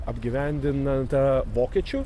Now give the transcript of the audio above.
apgyvendinta vokiečių